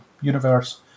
universe